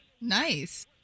Nice